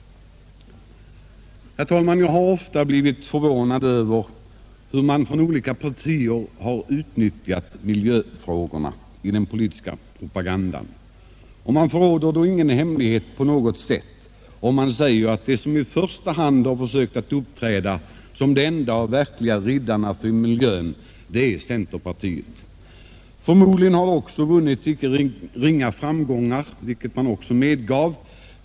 Herr talman! Jag har ofta blivit förvånad över hur olika partier har utnyttjat miljöfrågorna i den politiska propagandan. Jag förråder inte på något sätt en hemlighet om jag säger att de som i första hand försökt uppträda som de enda och verkliga riddarna och försvararna av miljön är centerpartisterna. Förmodligen har de också vunnit icke ringa framgångar — vilket de också har medgivit.